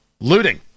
looting